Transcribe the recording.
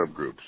subgroups